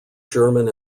german